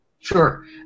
Sure